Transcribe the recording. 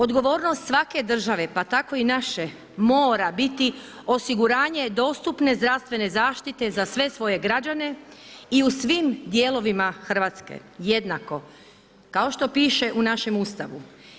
Odgovornost svake države pa tako i naše mora biti osiguranje dostupne zdravstvene zaštite za sve svoje građane i u svim dijelovima Hrvatske jednako kao što piše u našem Ustavu.